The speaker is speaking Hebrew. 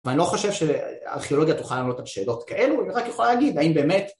ואני לא חושב שהארכיאולוגיה תוכל לענות על שאלות כאלו, היא רק יכולה להגיד האם באמת